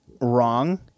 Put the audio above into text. wrong